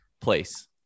place